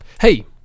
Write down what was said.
Hey